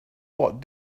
watt